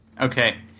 Okay